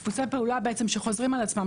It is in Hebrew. דפוסי פעולה שחוזרים על עצמם.